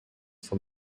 from